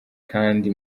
kandi